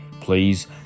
Please